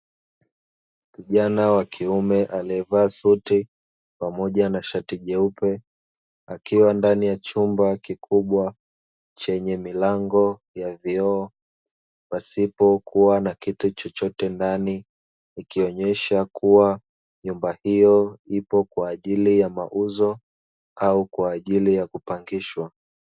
Kijana wa kiume aliyevaa suti pamoja na shati jeupe, akiwa ndani ya chumba kikubwa chenye milango ya vioo pasipo kuwa na kitu chochote ndani, ikionyesha kuwa nyumba hiyo ipo kwa ajili ya mauzo au kwa ajili ya kupangishwa.